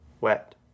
Wet